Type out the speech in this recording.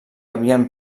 havien